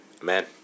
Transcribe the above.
Amen